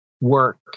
work